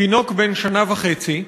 תינוק בן שנה וחצי,